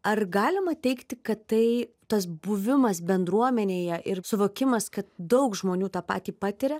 ar galima teigti kad tai tas buvimas bendruomenėje ir suvokimas kad daug žmonių tą patį patiria